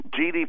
GDP